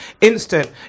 instant